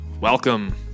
welcome